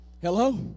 Hello